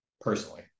personally